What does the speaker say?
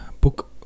Book